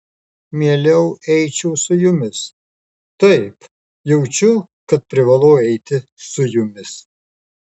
mieliau eičiau su jumis taip jaučiu kad privalau eiti su jumis